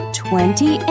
twenty